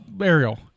Ariel